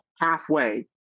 halfway